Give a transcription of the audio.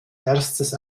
erstes